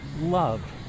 love